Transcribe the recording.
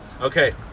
Okay